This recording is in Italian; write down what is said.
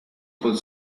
col